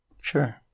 Sure